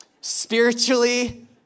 Spiritually